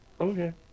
Okay